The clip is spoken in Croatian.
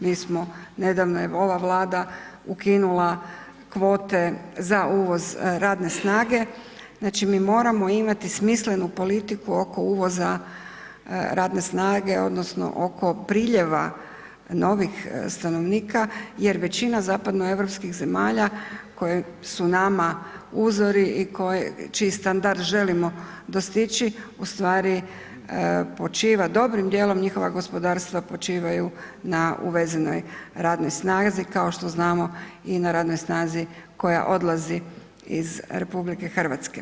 Mi smo nedavno evo ova Vlada ukinula kvote za uvoz radne snage, znači mi moramo imati smislenu politiku oko uvoza radne snage odnosno oko priljeva novih stanovnika jer većina zapadnoeuropskih zemalja koje su nama uzori i čiji standard želimo dostići ustvari počiva, dobrim dijelom njihova gospodarstva počivaju na uvezenoj radnoj snazi, kao što znamo i na radnoj snazi koja odlazi iz RH.